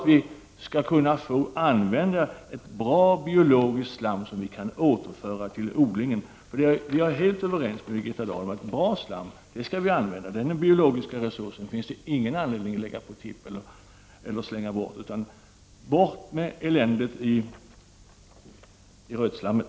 Vi skall kunna få ett bra biologiskt slam som vi kan återföra till odlingen. Jag är helt överens med Birgitta Dahl om att bra slam skall vi använda. Den biologiska resursen finns det ingen anledning att lägga på tippen eller slänga bort — bort med eländet i rötslammet.